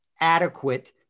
adequate